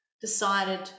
decided